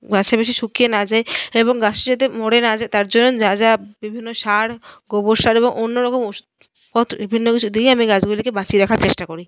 গাছটা বেশি শুকিয়ে না যায় এবং গাছটা যাতে মরে না যায় তার জন্য যা যা বিভিন্ন সার গোবর সার এবং অন্যরকম ওষুধপত্র বিভিন্ন কিছু দিয়ে আমি গাছগুলিকে বাঁচিয়ে রাখার চেষ্টা করি